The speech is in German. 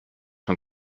man